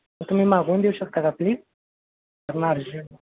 मग तुम्ही मागवून देऊ शकता का प्लीज अर्जंट